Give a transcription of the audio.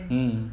mm